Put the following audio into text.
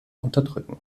unterdrücken